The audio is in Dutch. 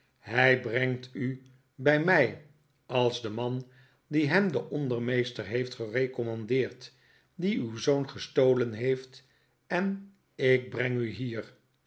hij brengt u bij mij als de man die hem den ondermeester heeft gerecommandeerd die uw zoon gestolen heeft en ik breng u hier